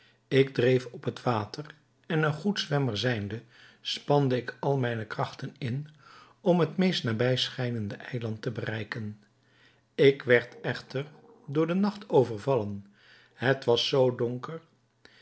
ik dreef op het water en een goed zwemmer zijnde spande ik al mijne krachten in om het meest nabij schijnende eiland te bereiken ik werd echter door den nacht overvallen het was zoo donker